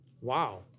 Wow